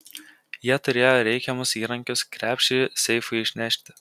jie turėjo reikiamus įrankius krepšį seifui išnešti